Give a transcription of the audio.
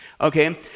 okay